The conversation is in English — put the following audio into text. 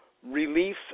relief